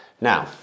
Now